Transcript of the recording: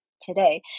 today